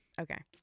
Okay